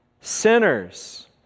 sinners